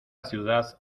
ciudad